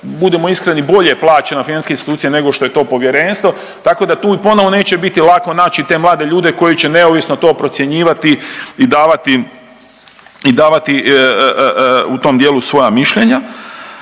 budimo iskreni, bolje plaćena, financijske institucije nego što je to povjerenstvo, tako da tu ponovo neće biti lako naći te mlade ljude koji će neovisno to procjenjivati i davati i davati u tom dijelu svoja mišljenja.